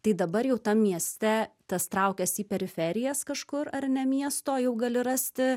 tai dabar jau tam mieste tas traukiasi į periferijas kažkur ar ne miesto jau gali rasti